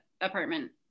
apartment